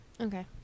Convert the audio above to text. okay